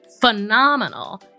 phenomenal